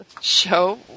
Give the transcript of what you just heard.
show